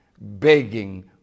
begging